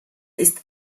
ist